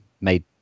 made